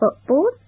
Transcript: football